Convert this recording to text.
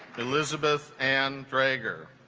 elizabeth and dragger